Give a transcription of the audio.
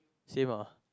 same ah